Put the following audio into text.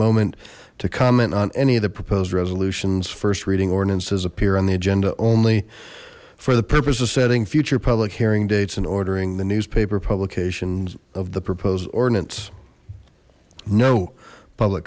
moment to comment on any of the proposed resolutions first reading ordinances appear on the agenda only for the purpose of setting future public hearing dates and ordering the newspaper publications of the proposed ordinance no public